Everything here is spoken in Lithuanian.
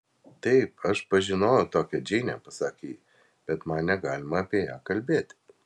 taip aš pažinojau tokią džeinę pasakė ji bet man negalima apie ją kalbėti